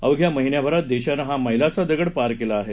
अवघ्या महिनाभरात देशानं हा मक्तीचा दगड पार केला आहे